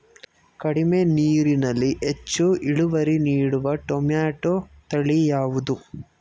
ಕಡಿಮೆ ನೀರಿನಲ್ಲಿ ಹೆಚ್ಚು ಇಳುವರಿ ನೀಡುವ ಟೊಮ್ಯಾಟೋ ತಳಿ ಯಾವುದು?